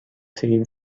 team